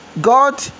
God